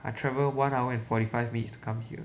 I travel one hour and forty five minutes to come here